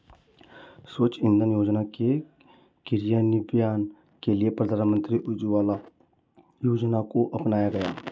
स्वच्छ इंधन योजना के क्रियान्वयन के लिए प्रधानमंत्री उज्ज्वला योजना को अपनाया गया